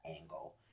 angle